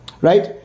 Right